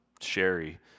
Sherry